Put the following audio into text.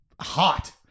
hot